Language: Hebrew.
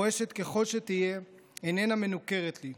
רועשת ככל שתהיה, איננה מנוכרת לי.